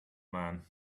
man